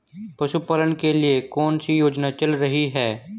पशुपालन के लिए कौन सी योजना चल रही है?